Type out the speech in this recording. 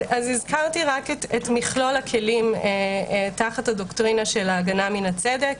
אז הזכרתי רק את מכלול הכלים תחת הדוקטרינה של ההגנה מן הצדק,